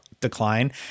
decline